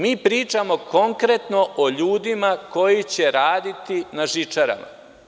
Mi pričamo konkretno o ljudima koji će raditi na žičarama.